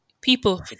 People